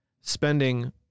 spending